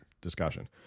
discussion